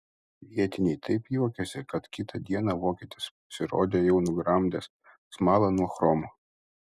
vietiniai taip juokėsi kad kitą dieną vokietis pasirodė jau nugramdęs smalą nuo chromo